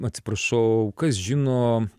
atsiprašau kas žino